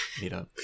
meetup